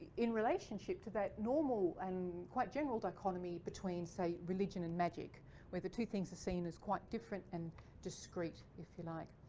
in relationship to that normal and quite general dichotomy between, say, religion and magic where the two things are seen as different and discreet if you like.